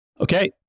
Okay